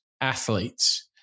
athletes